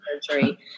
surgery